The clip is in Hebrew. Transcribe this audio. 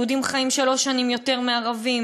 יהודים חיים שלוש שנים יותר מערבים,